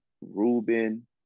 Ruben